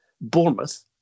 Bournemouth